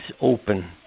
open